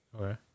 Okay